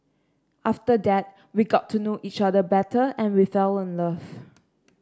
after that we got to know each other better and we fell in love